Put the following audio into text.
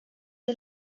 are